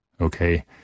Okay